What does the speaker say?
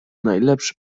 najlepsze